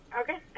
Okay